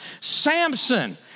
Samson